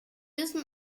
wissen